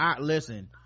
listen